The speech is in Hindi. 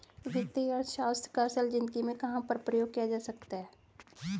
वित्तीय अर्थशास्त्र का असल ज़िंदगी में कहाँ पर प्रयोग किया जा सकता है?